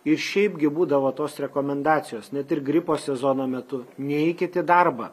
ir šiaipgi būdavo tos rekomendacijos net ir gripo sezono metu neikit į darbą